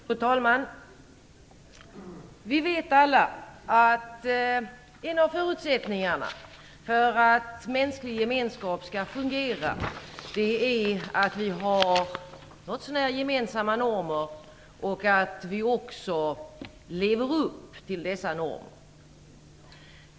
Fru talman! Vi vet alla att en av förutsättningarna för att mänsklig gemenskap skall fungera är att vi har något så när gemensamma normer och att vi också lever upp till dessa normer.